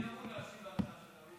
מי אמור להשיב על ההצעה שלנו?